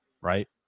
Right